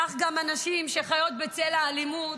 כך גם הנשים שחיות בצל האלימות,